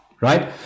right